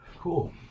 cool